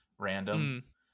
Random